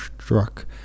struck